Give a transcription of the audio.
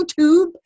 YouTube